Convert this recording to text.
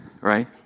Right